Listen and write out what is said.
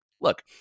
look